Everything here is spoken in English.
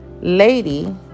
Lady